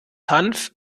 hanf